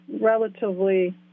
relatively